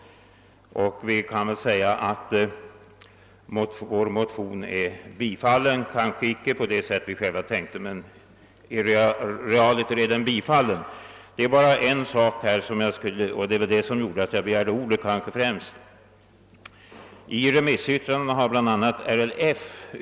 Vi kan vil säga att vår motion är bifallen, kanske inte på det sätt vi själva tänkte oss, men realiter är den bifallen. Det är bara en sak jag skulle vilja kommentera och det är främst anledningen till att jag begärt ordet. Bland remissinstanserna befinner sig RLF.